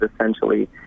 essentially